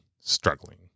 struggling